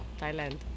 Thailand